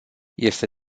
este